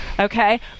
Okay